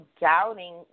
doubting